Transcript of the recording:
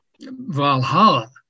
Valhalla